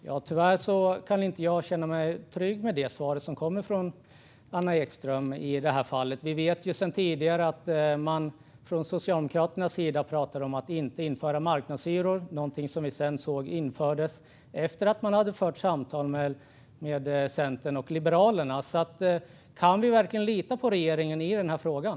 Herr talman! Tyvärr kan jag inte känna mig trygg med det svaret från Anna Ekström. Socialdemokraterna pratade tidigare om att inte införa marknadshyror. Det såg vi sedan införas, efter att man hade fört samtal med Centern och Liberalerna. Kan vi verkligen lita på regeringen i den här frågan?